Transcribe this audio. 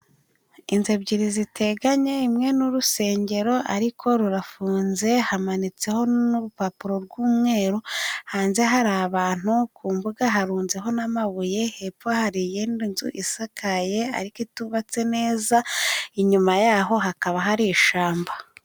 Inzu ebyiri ziteganye imwe n'urusengero ariko rurafunze hamanitseho n'urupapuro rw'umweru, hanze hari abantu, ku mbuga harunzeho n'amabuye, hepfo hari iyindi nzu isakaye ariko itubatse neza, inyuma yaho hakaba hari ishyamba.